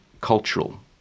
cultural